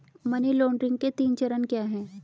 Money laundering के तीन चरण क्या हैं?